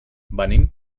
venim